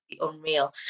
unreal